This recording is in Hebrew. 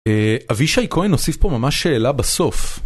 אבישי כהן נוסיף פה ממש שאלה בסוף.